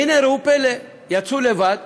והנה, ראו פלא, יצאו לבד,